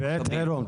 בעת חירום.